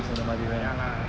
err ya lah